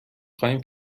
خواهیم